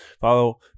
Follow